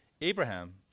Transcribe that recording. Abraham